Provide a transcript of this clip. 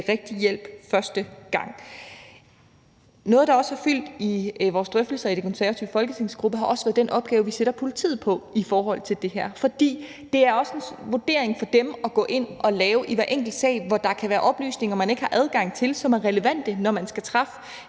rigtig hjælp første gang. Noget, der også har fyldt i vores drøftelser i den konservative folketingsgruppe, har været den opgave, vi sætter politiet på i forhold til det her. For det er også en vurdering for dem at gå ind og lave i hver enkelt sag, hvor der kan være oplysninger, man ikke har adgang til, men som er relevante, når man skal træffe